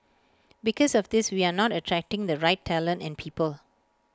because of this we are not attracting the right talent and people